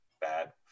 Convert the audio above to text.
bad